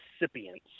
recipients